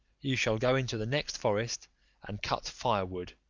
you shall go into the next forest and cut fire-wood,